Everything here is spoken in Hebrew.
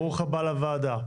ברוך הבא לוועדה.